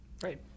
Great